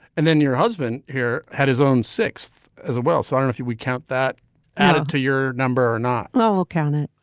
and then your husband here had his own sixth as well. so if you would count that added to your number or not now i'll count it.